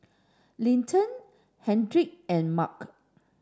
Linton Kendrick and Mark